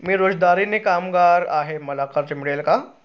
मी रोजंदारी कामगार आहे मला कर्ज मिळेल का?